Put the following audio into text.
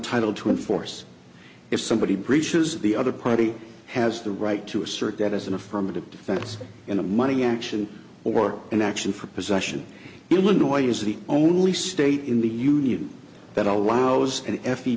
titled to enforce if somebody breaches the other party has the right to assert that as an affirmative defense in a money action or an action for possession illinois is the only state in the union that allows an f